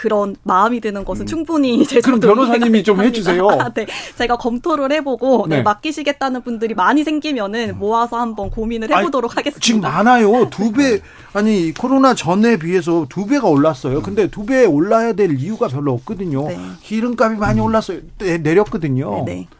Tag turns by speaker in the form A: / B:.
A: 그런 마음이 드는 것은
B: 음.
A: 충분히 이제
B: 그럼
A: 저도
B: 변호사님이
A: 이해가
B: 좀
A: 되겠습니다.
B: 해주세요.
A: 아, 네. 제가 검토를 해보고 네,
B: 네.
A: 맡기시겠다는 분들이 많이 생기면은
B: 음.
A: 모아서 한번 고민을
B: 아니,
A: 해보도록
B: 지금
A: 하겠습니다.
B: 많아요. 두 배,
A: 네.
B: 아니, 이 코로나 전에 비해서 두 배가 올랐어요. 근데
A: 음.
B: 두 배 올라야 될 이유가 별로 없거든요.
A: 네.
B: 기름값이 많이
A: 음.
B: 올랐어요. 내- 내렸거든요.
A: 네, 네.